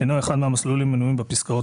אינו אחד מהמסלולים המנויים בפסקאות